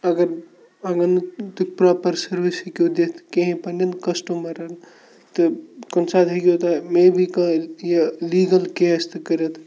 اگر اگر نہٕ تُہۍ پرٛاپَر سٔروِس ہیٚکِو دِتھ کِہیٖنۍ پنٛنٮ۪ن کَسٹَمَرَن تہٕ کُنہِ ساتہٕ ہٮ۪کیو تۄہہِ مے بھی کانٛہہ یہِ لیٖگَل کیس تہٕ کٔرِتھ